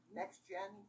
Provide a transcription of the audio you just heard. next-gen